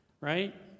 right